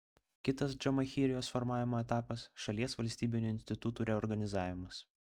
kitas džamahirijos formavimo etapas šalies valstybinių institutų reorganizavimas